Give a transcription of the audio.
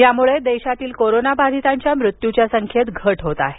यामुळे देशातील कोरोनाबाधीतांच्या मृत्युच्या संख्येत घट होत आहे